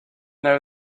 know